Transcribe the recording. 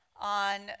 on